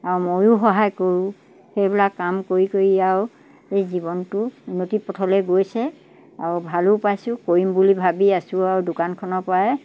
আৰু ময়ো সহায় কৰোঁ সেইবিলাক কাম কৰি কৰি আৰু এই জীৱনটো উন্নতি পথলৈ গৈছে আৰু ভালো পাইছোঁ কৰিম বুলি ভাবি আছোঁ আৰু দোকানখনৰ পৰাই